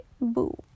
boo